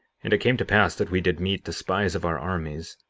and it came to pass that we did meet the spies of our armies,